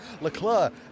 Leclerc